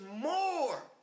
more